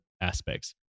aspects